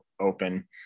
open